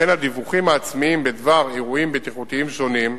וכן הדיווחים העצמיים בדבר אירועים בטיחותיים שונים,